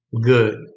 good